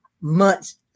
months